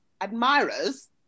admirers